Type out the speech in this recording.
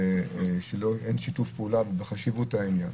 שאין שיתוף פעולה בחשיבות העניין.